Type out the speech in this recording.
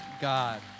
God